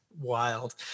wild